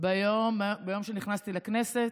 ביום שנכנסתי לכנסת,